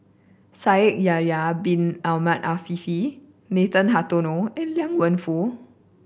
Shaikh Yahya Bin Ahmed Afifi Nathan Hartono and Liang Wenfu